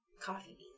coffee